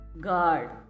guard